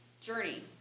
journey